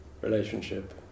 relationship